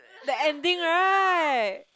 the ending right